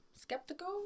skeptical